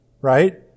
right